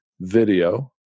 video